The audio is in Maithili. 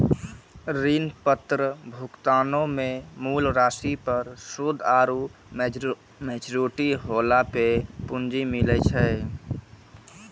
ऋण पत्र भुगतानो मे मूल राशि पर सूद आरु मेच्योरिटी होला पे पूंजी मिलै छै